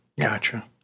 Gotcha